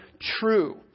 true